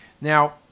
Now